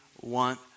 want